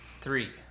three